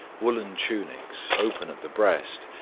woollen tunics, open at the breast,